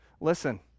Listen